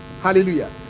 hallelujah